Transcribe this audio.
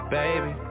baby